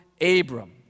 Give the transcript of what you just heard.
Abram